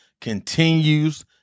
continues